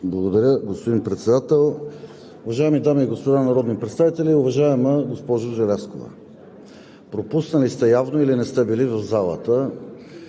Благодаря, господин Председател. Уважаеми дами и господа народни представители! Уважаема госпожо Желязкова, явно сте пропуснали или не сте били в залата,